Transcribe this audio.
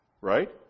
right